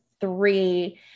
three